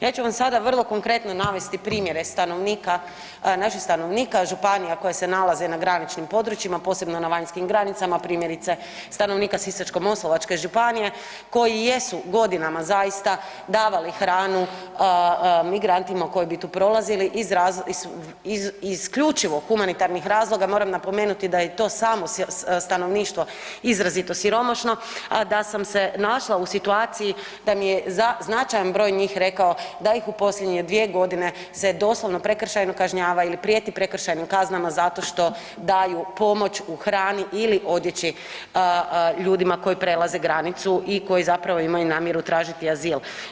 Ja ću vam sada vrlo konkretno navesti primjere stanovnika, naših stanovnika županija koje se nalaze na graničnim područjima posebno na vanjskim granicama primjerice Sisačko-moslavačke županije koji jesu godinama zaista davali hranu migrantima koji bi tu prolazili iz isključivo humanitarnih razloga, moram napomenuti da je i to samo stanovništvo izrazito siromašno, a da sam se našla u situaciji da mi je značajan broj njih rekao da ih u posljednje 2 godine se doslovno prekršajno kažnjava ili prijeti prekršajnim kaznama zato što daju pomoć u hrani ili odjeći ljudima koji prelaze granicu i koji zapravo imaju namjeru tražiti azil.